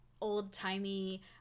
old-timey